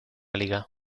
liga